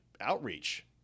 outreach